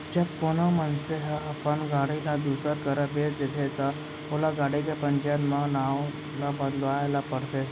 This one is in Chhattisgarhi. जब कोनो मनसे ह अपन गाड़ी ल दूसर करा बेंच देथे ता ओला गाड़ी के पंजीयन म नांव ल बदलवाए ल परथे